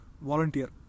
Volunteer